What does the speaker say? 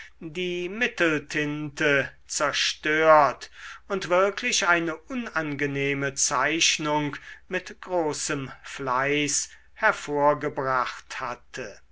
die mitteltinte zerstört und wirklich eine unangenehme zeichnung mit großem fleiß hervorgebracht hatte